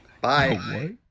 bye